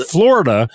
Florida